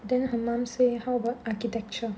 then her mum say how about architecture